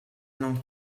non